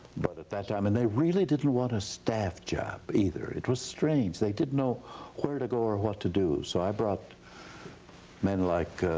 but at that time, and they really didn't want a staff job either. it was strange. they didn't know where to go or what to do. so i brought men like,